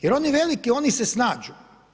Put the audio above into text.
Jer oni veliki, oni se snađu.